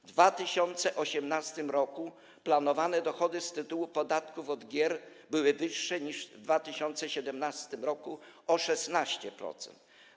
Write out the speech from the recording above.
W 2018 r. planowane dochody z tytułu podatku od gier były wyższe niż w 2017 r. o 16%.